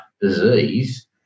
disease